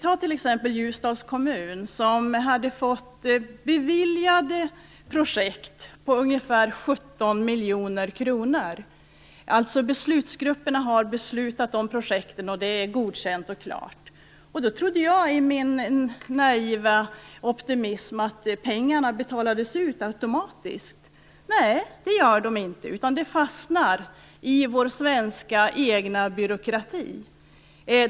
Ta t.ex. Ljusdals kommun. Man hade fått beviljat projekt på ungefär 17 miljoner kronor. Beslutsgrupperna har alltså beslutat om projekten och det är godkänt och klart. Jag trodde i min naiva optimism att pengarna betalades ut automatiskt, men det görs inte. De fastnar i vår egna svenska byråkrati.